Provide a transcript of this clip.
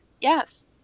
yes